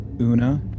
Una